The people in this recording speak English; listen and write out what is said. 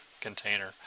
container